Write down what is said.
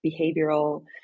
behavioral